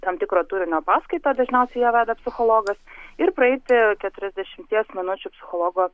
tam tikro turinio paskaitą dažniausiai ją veda psichologas ir praeiti keturiasdešimties minučių psichologo